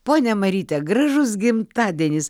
ponia maryte gražus gimtadienis